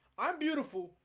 i'm beautiful.